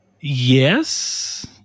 yes